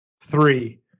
three